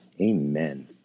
Amen